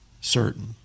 certain